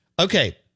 Okay